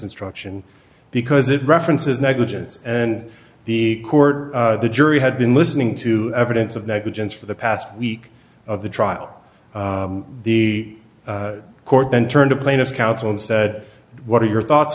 instruction because it references negligence and the court the jury had been listening to evidence of negligence for the past week of the trial the court then turned to plaintiff counsel and said what are your thoughts